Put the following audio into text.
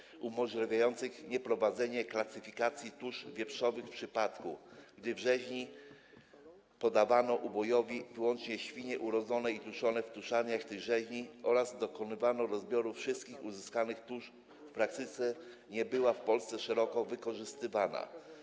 Derogacja umożliwiająca nieprowadzenie klasyfikacji tusz wieprzowych w przypadku, gdy w rzeźni poddawano ubojowi wyłącznie świnie urodzone i tuczone w tuczarniach tych rzeźni oraz dokonywano rozbioru wszystkich uzyskanych tusz, w praktyce nie była w Polsce szeroko wykorzystywana.